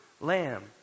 lamb